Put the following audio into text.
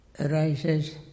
arises